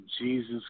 Jesus